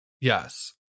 Yes